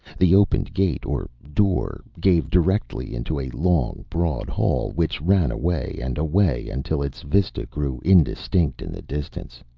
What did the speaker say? the opened gate, or door, gave directly into a long, broad hall which ran away and away until its vista grew indistinct in the distance.